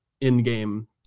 in-game